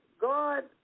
God